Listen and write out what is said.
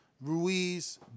Ruiz